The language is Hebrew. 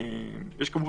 יש 180